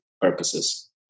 purposes